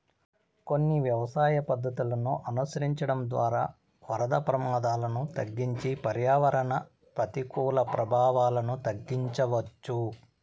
కొన్ని వ్యవసాయ పద్ధతులను అనుసరించడం ద్వారా వరద ప్రమాదాలను తగ్గించి పర్యావరణ ప్రతికూల ప్రభావాలను తగ్గించవచ్చు